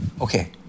Okay